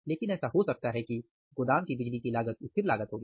लेकिन ऐसा हो सकता है की गोदाम की बिजली की लागत स्थिर लागत होगी